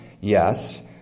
Yes